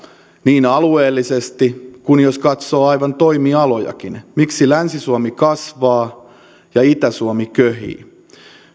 niin alueellisesti kuin aivan toimialojakin katsoen miksi länsi suomi kasvaa ja itä suomi köhii